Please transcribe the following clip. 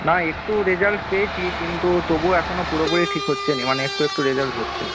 না একটু রেজাল্ট পেয়েছি কিন্তু তবু এখনও পুরোপুরি ঠিক হচ্ছে না মানে একটু একটু রেজাল্ট হচ্ছে